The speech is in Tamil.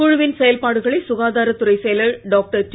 குழுவின் செயல்பாடுகளை சுகாதாரத் துறை செயலர் டாக்டர் டி